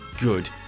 good